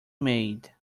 made